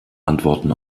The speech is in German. antworten